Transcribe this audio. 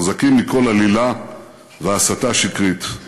חזקים מכל עלילה והסתה שקרית.